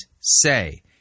say